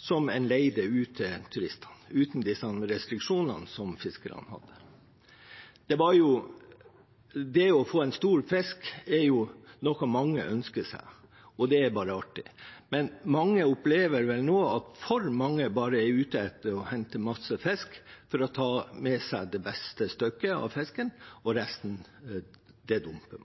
som man leide ut til turistene, uten disse restriksjonene som fiskerne hadde. Det å få en stor fisk er noe mange ønsker, og det er bare artig, men man opplever vel nå at mange bare er ute etter å hente masse fisk for å ta med seg det beste stykket av fisken og dumpe resten. Slik det